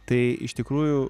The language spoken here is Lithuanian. tai iš tikrųjų